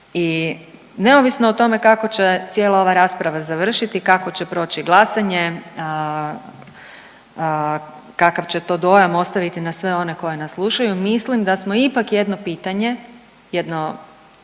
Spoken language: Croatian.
i neovisno o tome kako će cijela ova rasprava završiti i kako će proći glasanje, kakav će to dojam ostaviti na sve one koji nas slušaju, mislim da smo ipak jedno pitanje, jedno